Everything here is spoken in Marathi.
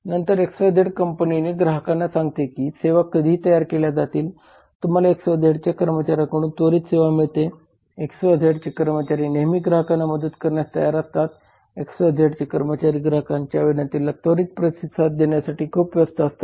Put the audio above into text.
नंतर XYZ कंपनी ग्राहकांना सांगते की सेवा कधी तयार केल्या जातील तुम्हाला XYZ च्या कर्मचाऱ्यांकडून त्वरित सेवा मिळते XYZ चे कर्मचारी नेहमी ग्राहकांना मदत करण्यास तयार असतात XYZ चे कर्मचारी ग्राहकांच्या विनंतीला त्वरित प्रतिसाद देण्यासाठी खूप व्यस्त असतात